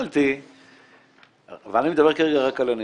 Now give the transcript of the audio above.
אני מדבר כרגע רק על הנשואים,